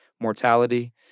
mortality